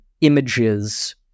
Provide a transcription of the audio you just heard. images